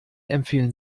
empfehlen